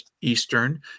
Eastern